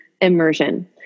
immersion